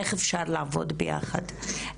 איך אפשר לעבוד ביחד,